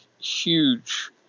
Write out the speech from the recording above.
huge